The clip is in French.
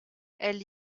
elle